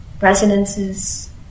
Resonances